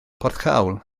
porthcawl